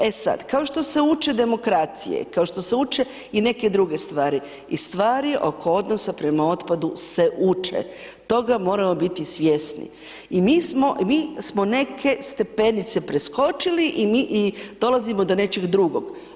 E sad, kao što se uče demokracije, kao što se uče i neke druge stvari, i stvari oko odnosa prema otpadu se uče, toga moramo biti svjesni, i mi smo, mi smo neke stepenice preskočili i dolazimo do nečeg drugog.